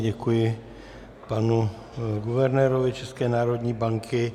Děkuji panu guvernérovi České národní banky.